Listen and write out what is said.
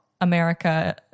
America